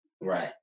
Right